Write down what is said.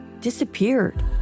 disappeared